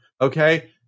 okay